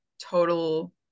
total